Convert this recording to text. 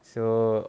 so